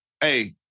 hey